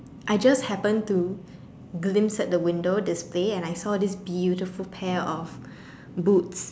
I just happened to glimpse at the window display and I saw this beautiful pair of boots